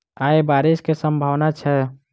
आय बारिश केँ सम्भावना छै?